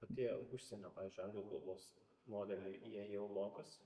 o tie užsienio pavyzdžiui anglų kalbos modeliai jie jau mokosi